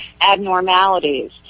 abnormalities